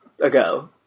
ago